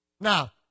Now